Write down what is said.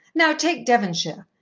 now take devonshire.